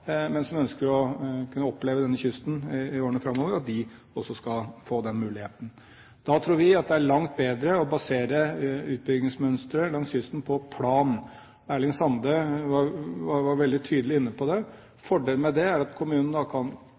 men som ønsker å kunne oppleve denne kysten i årene framover, også skal få den muligheten. Da tror vi at det er langt bedre å basere utbyggingsmønsteret langs kysten på planlegging. Erling Sande var veldig tydelig inne på det. Fordelen med det er at kommunen da kan